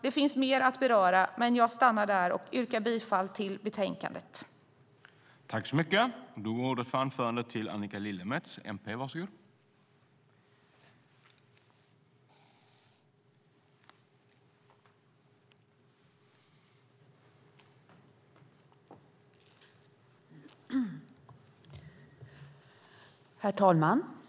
Det finns mer att ta upp, men jag stannar här och yrkar bifall till utskottets förslag i betänkandet.